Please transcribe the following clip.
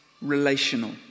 relational